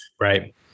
Right